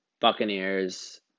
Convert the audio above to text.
Buccaneers